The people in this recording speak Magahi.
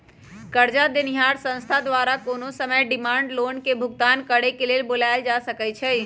करजा देनिहार संस्था द्वारा कोनो समय डिमांड लोन के भुगतान करेक लेल बोलायल जा सकइ छइ